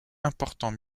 important